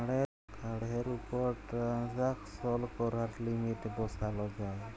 কাড়ের উপর টেরাল্সাকশন ক্যরার লিমিট বসাল যায়